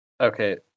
Okay